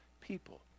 people